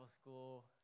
school